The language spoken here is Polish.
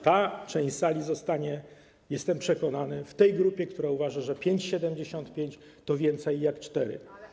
Ta część sali zostanie, jestem przekonany, w tej grupie, która uważa, że 5,75 to więcej niż 4.